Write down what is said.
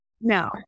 no